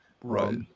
Right